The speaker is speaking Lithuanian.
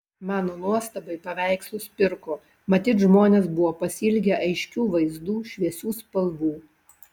mano nuostabai paveikslus pirko matyt žmonės buvo pasiilgę aiškių vaizdų šviesių spalvų